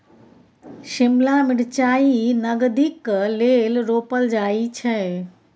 शिमला मिरचाई नगदीक लेल रोपल जाई छै